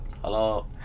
Hello